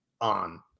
on